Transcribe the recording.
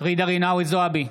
ג'ידא רינאוי זועבי,